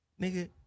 nigga